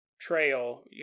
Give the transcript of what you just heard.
trail